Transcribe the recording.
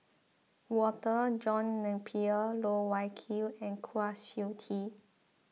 Walter John Napier Loh Wai Kiew and Kwa Siew Tee